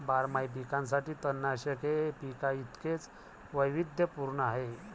बारमाही पिकांसाठी तणनाशक हे पिकांइतकेच वैविध्यपूर्ण आहे